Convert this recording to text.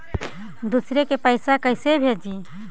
दुसरे के पैसा कैसे भेजी?